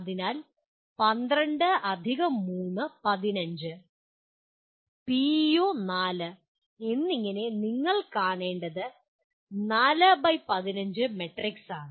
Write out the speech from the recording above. അതിനാൽ 12 3 15 പിഇഒ 4 എന്നിങ്ങനെ നിങ്ങൾ കാണേണ്ട 4 ബൈ 15 മാട്രിക്സാണ്